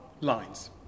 lines